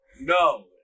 no